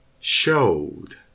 showed